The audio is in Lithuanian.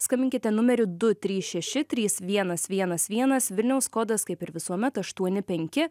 skambinkite numeriu du trys šeši trys vienas vienas vienas vilniaus kodas kaip ir visuomet aštuoni penki